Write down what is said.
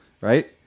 Right